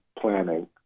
planning